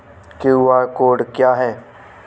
QR code क्या है?